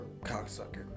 cocksucker